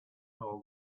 all